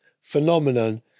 phenomenon